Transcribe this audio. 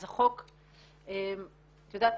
את יודעת,